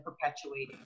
perpetuating